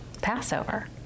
Passover